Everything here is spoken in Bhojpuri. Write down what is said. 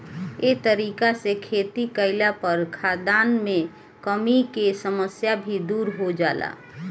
ए तरीका से खेती कईला पर खाद्यान मे कमी के समस्या भी दुर हो जाला